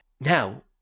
Now